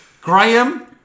Graham